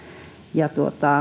ja